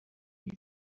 you